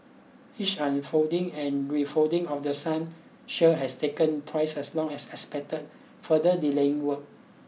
each unfolding and refolding of the sun shield has taken twice as long as expected further delaying work